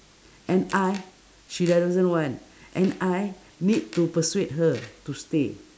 and I she doesn't want and I need to persuade her to stay